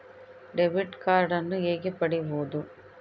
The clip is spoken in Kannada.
ಡೆಬಿಟ್ ಕಾರ್ಡನ್ನು ಹೇಗೆ ಪಡಿಬೋದು?